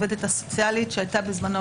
קמה העובדת הסוציאלית שהייתה בזמנו